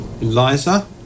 Eliza